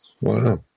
Wow